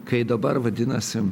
kai dabar vadinasi